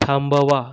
थांबवा